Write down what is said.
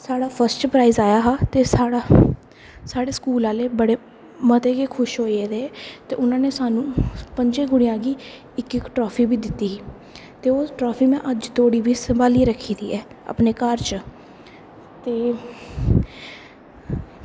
ते साढ़ा first prize आया हा ते साढ़े स्कूल आह्लें बड़े ते मते गै खुश होये हे ते उनें सारें पंजें जनें गी इक्क इक्क ट्रॉफी बी दित्ती ही ते में ट्रॉफी अज्ज धोड़ी संभालियै रक्खी दी ऐ अपने घर च ते